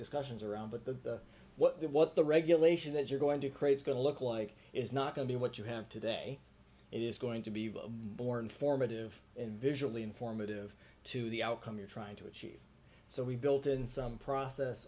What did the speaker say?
discussions around but the what the what the regulation that you're going to create is going to look like is not going to be what you have today it is going to be born formative and visually informative to the outcome you're trying to achieve so we've built in some process